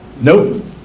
Nope